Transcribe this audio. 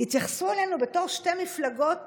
התייחסו אלינו בתור שתי מפלגות,